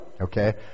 okay